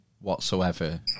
whatsoever